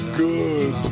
good